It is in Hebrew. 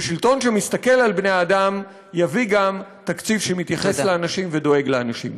ושלטון שמסתכל על בני-אדם יביא גם תקציב שמתייחס לאנשים ודואג לאנשים.